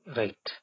right